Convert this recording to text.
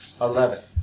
Eleven